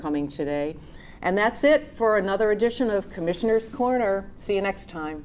coming today and that's it for another edition of commissioners corner see you next time